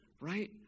right